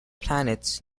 planets